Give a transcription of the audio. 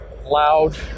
loud